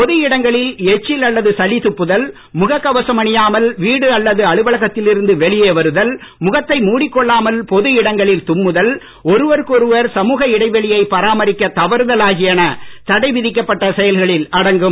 பொது இடங்களில் எச்சில் அல்லது சளி துப்புதல் முகக் கவசம் அணியாமல் வீடு அல்லது அலுவலகத்தில் இருந்து வெளியே வருதல் முகத்தை மூடிக்கொள்ளாமல் பொது இடங்களில் தும்முதல் ஒருவருக்கொருவர் சமுக இடைவெளியை பராமரிக்க தவறுதல் ஆகியன தடைவிதிக்கப்பட்ட செயல்களில் அடங்கும்